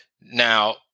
now